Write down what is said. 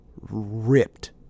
ripped